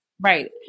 Right